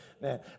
man